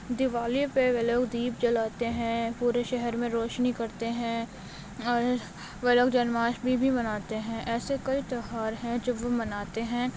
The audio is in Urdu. دیوالی پے وہ لوگ دیپ جلاتے ہیں پورے شہر میں روشنی کرتے ہیں وہ لوگ جنماشمٹی بھی مناتے ہیں ایسے کئی تہوار ہیں جو وہ مناتے ہیں